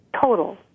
total